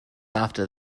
after